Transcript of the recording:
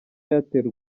airtel